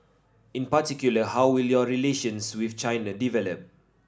in particular how will your relations with China develop